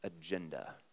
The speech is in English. agenda